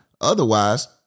Otherwise